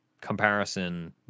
comparison